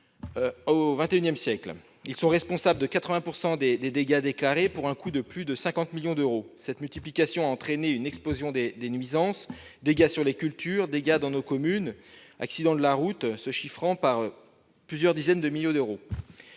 au XXI siècle. Ils sont responsables de 80 % des dégâts déclarés, pour un coût de plus de 50 millions d'euros. Cette multiplication a entraîné une explosion des nuisances : dégâts sur les cultures, dégâts dans nos communes et accidents de la route se chiffrant à plusieurs dizaines de millions d'euros.